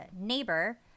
neighbor